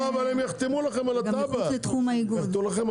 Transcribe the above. לא, אבל הם יחתמו לכם על התב"ע, מה הבעיה?